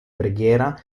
preghiera